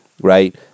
right